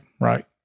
Right